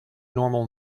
normal